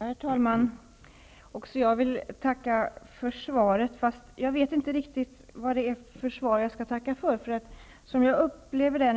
Herr talman! Också jag vill tacka för svaret. Jag vet dock inte riktigt vad det är för svar som jag skall tacka för. När